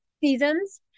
seasons